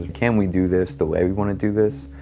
can we do this the way we want to do this?